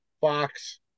Fox